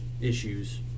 issues